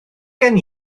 gen